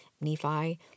Nephi